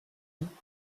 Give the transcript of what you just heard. pen